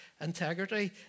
Integrity